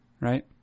right